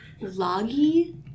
loggy